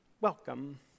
welcome